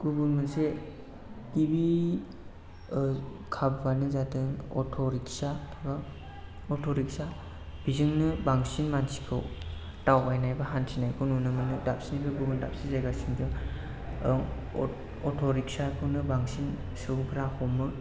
गुबुन मोनसे गिबि खाबुवानो जादों अट' रिख्सा एबा अट' रिख्सा बिजोंनो बांसिन मानसिखौ दावबायनाय बा हान्थिनायखौ नुनो मोनो दाबसेनिफ्राय गुबुन दाबसे जायगासिम जों अट' रिख्सा खौनो बांसिन सुबुंफ्रा हमो